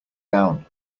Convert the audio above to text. down